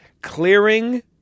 clearing